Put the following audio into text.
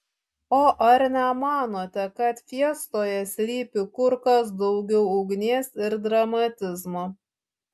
o ar nemanote kad fiestoje slypi kur kas daugiau ugnies ir dramatizmo